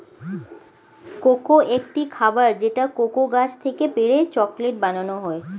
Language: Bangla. কোকো একটি খাবার যেটা কোকো গাছ থেকে পেড়ে চকলেট বানানো হয়